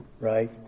right